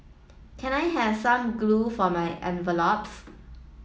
can I have some glue for my envelopes